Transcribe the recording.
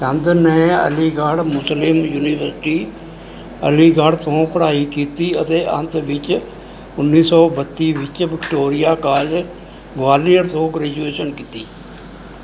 ਚੰਦ ਨੇ Aligarh Muslim University Aligarh ਤੋਂ ਪੜ੍ਹਾਈ ਕੀਤੀ ਅਤੇ ਅੰਤ ਵਿੱਚ ਉੱਨੀ ਸੌ ਬੱਤੀ ਵਿੱਚ ਵਿਕਟੋਰੀਆ ਕਾਲਜ ਗਵਾਲੀਅਰ ਤੋਂ ਗ੍ਰੈਜੂਏਸ਼ਨ ਕੀਤੀ